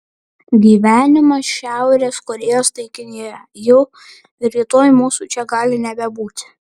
gyvenimas šiaurės korėjos taikinyje jau rytoj mūsų čia gali nebebūti